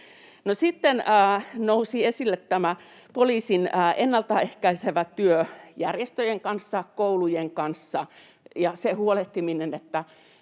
sitten nousi esille tämä poliisin ennaltaehkäisevä työ järjestöjen kanssa, koulujen kanssa